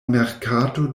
merkato